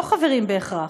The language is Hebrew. לא חברים בהכרח,